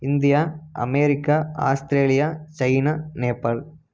India America Australia China Nepal